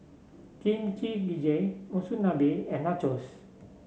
Kimchi Jjigae Monsunabe and Nachos